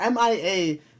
MIA